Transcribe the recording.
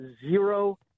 zero